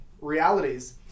realities